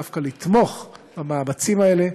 הוא דווקא לתמוך במאמצים האלה,